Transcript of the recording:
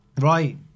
right